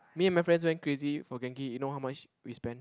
me and my friends went crazy for Genki you know how much we spend